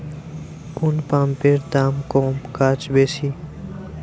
কোন পাম্পের দাম কম কাজ বেশি?